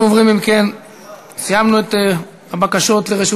חבר הכנסת חמד עמאר, אינו נוכח.